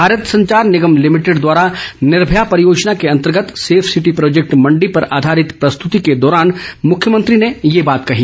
Bharat Sanchar Nigam limited द्वारा निर्भया परियोजना को अंतर्गत सेफ सिटी प्रोजेक्ट मंडी पर आधारित प्रस्तृति के दौरान मुख्यमंत्री ने ये बात कही